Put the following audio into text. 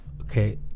okay